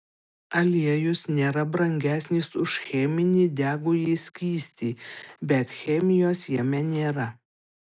aliejus nėra brangesnis už cheminį degųjį skystį bet chemijos jame nėra